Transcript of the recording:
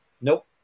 Nope